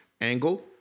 angle